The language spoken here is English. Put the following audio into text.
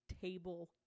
table